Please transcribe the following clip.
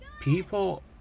people